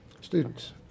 Students